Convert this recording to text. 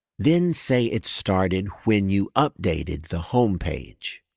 then say it started when you updated the homepage.